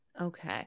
Okay